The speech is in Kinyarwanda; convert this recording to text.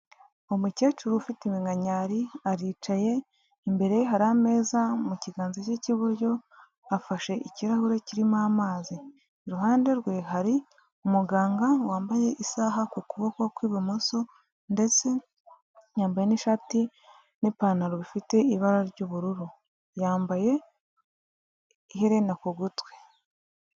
Umukecuru ufite iminkanyari aricaye, imbere ye hari ameza, mu kiganza cye cy'iburyo afashe ikirahure kirimo amazi, iruhande rwe hari umuganga wambaye isaha ku kuboko kw'ibumoso ndetse yambaye n'ishati n'ipantaro bifite ibara ry'ubururu, yambaye iherena ku gutwi.